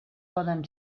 poden